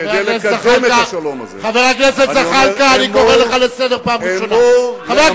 שבועת אמונים לציונות.